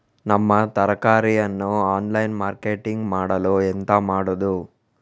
ನಮ್ಮ ತರಕಾರಿಯನ್ನು online marketing ಮಾಡಲು ಎಂತ ಮಾಡುದು?